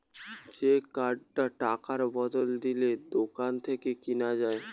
যে কার্ডটা টাকার বদলে দিলে দোকান থেকে কিনা যায়